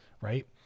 right